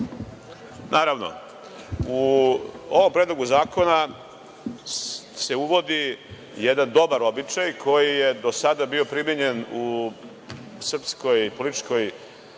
Živković** U ovom predlogu zakona se uvodi jedan dobar običaj koji je do sada bio primenjen u srpskoj političkoj